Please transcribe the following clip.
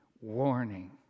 warning